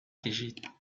کشید